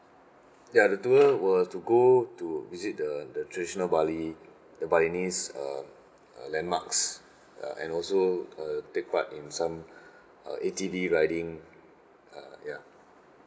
ya the tour were to go to visit the the traditional bali the balinese um uh landmarks uh and also uh take part in some uh A_T_V riding uh ya